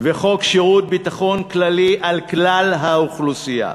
וחוק שירות ביטחון כללי על כלל האוכלוסייה,